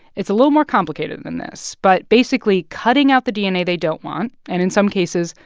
it's a little more complicated than this, but basically, cutting out the dna they don't want and, in some cases,